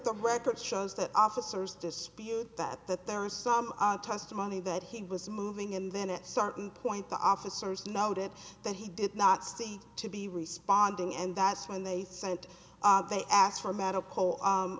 the record shows that officers dispute that that there are some testimony that he was moving in then it certain point the officers noted that he did not seem to be responding and that's when they said they asked for medical